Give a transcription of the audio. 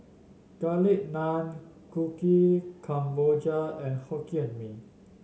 Garlic Naan Kuih Kemboja and Hokkien Mee